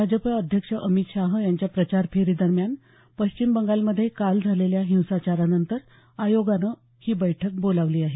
भाजप अध्यक्ष अमित शाह यांच्या प्रचार फेरीदरम्यान पश्चिम बंगालमध्ये काल झालेल्या हिंसाचारानंतर आयोगानं आज ही बैठक बोलावली आहे